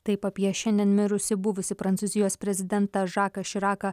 taip apie šiandien mirusį buvusį prancūzijos prezidentą žaką širaką